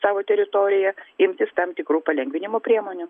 savo teritoriją imtis tam tikrų palengvinimo priemonių